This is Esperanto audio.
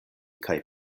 kaj